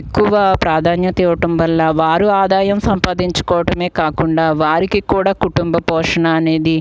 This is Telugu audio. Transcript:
ఎక్కువ ప్రాధాన్యత ఇవ్వటం వల్ల వారు ఆదాయం సంపాదించుకోవడమే కాకుండా వారికి కూడా కుటుంబ పోషణ అనేది